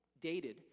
dated